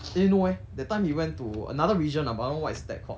eh no eh that time he went to another region ah but I don't know what's that called